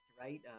right